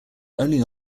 only